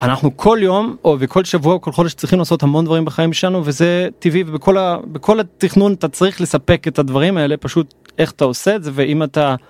אנחנו כל יום או בכל שבוע כל חודש צריכים לעשות המון דברים בחיים שלנו וזה טבעי ובכל התכנון אתה צריך לספק את הדברים האלה, פשוט איך אתה עושה את זה ואם אתה.